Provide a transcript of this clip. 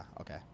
Okay